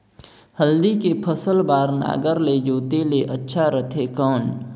हल्दी के फसल बार नागर ले जोते ले अच्छा रथे कौन?